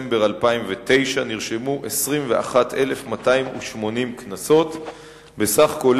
80%. בדל סיגריה אחד מזהם 8 ליטר מים ומתכלה במשך 20 שנה.